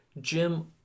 Jim